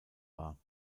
war